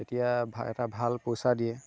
এতিয়া ভা এটা ভাল পইচা দিয়ে